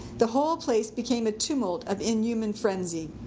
the whole place became a tumult of inhuman frenzy.